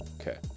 Okay